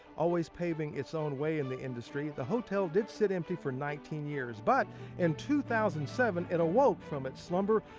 always paving its own way in the industry, the hotel did sit empty for nineteen years. but in two thousand and seven, it awoke from its slumber,